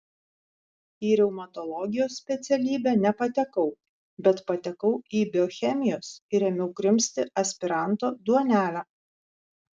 į reumatologijos specialybę nepatekau bet patekau į biochemijos ir ėmiau krimsti aspiranto duonelę